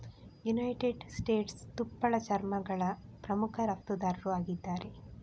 United States ತುಪ್ಪಳ ಚರ್ಮಗಳ ಪ್ರಮುಖ ರಫ್ತುದಾರರು ಆಗಿದ್ದಾರೆ